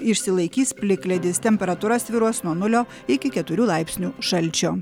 išsilaikys plikledis temperatūra svyruos nuo nulio iki keturių laipsnių šalčio